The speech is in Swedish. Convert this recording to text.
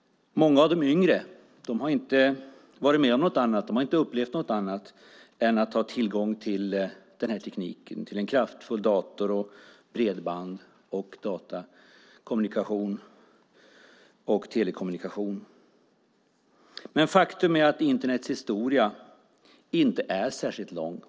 Många av de yngre har aldrig upplevt något annat än att ha tillgång till en kraftfull dator, bredband och telekommunikation. Men faktum är att Internets historia inte är särskilt lång.